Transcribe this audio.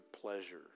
pleasure